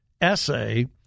essay